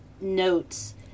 notes